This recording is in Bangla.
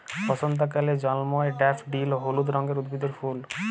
বসন্তকালে জল্ময় ড্যাফডিল হলুদ রঙের উদ্ভিদের ফুল